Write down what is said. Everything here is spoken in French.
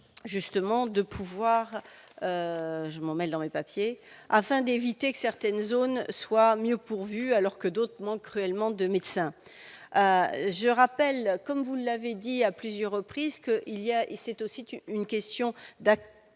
justement de pouvoir, je m'en emmêle dans les papiers afin d'éviter que certaines zones soient mieux pourvus alors que d'autres manquent cruellement de médecins, je rappelle, comme vous l'avez dit à plusieurs reprises que il y a, il sait aussi qu'une question d'actes